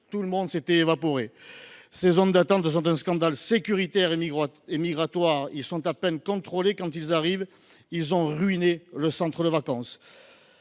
Tout le monde s’était évaporé ! Ces zones d’attente sont un scandale sécuritaire et migratoire. Les enfants dont il s’agit sont à peine contrôlés quand ils arrivent. Ils ont ruiné le centre de vacances